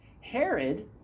Herod